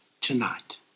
tonight